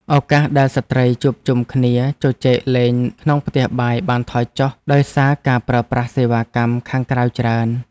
ឱកាសដែលស្ត្រីជួបជុំគ្នាជជែកលេងក្នុងផ្ទះបាយបានថយចុះដោយសារការប្រើប្រាស់សេវាកម្មខាងក្រៅច្រើន។